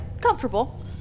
comfortable